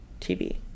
TV